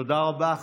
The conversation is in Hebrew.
תודה רבה.